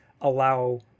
allow